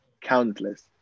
countless